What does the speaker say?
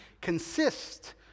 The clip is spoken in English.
consist